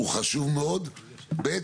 הוא חשוב מאוד, ב'.